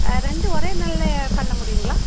ரெண்டும் ஒரே நாளில் பண்ண முடியுங்களா